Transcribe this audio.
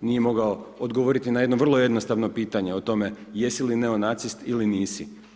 nije mogao odgovoriti na jedno vrlo jednostavno pitanje o tome jesi li neonacist ili nisi.